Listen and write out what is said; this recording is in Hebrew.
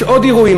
יש עוד אירועים,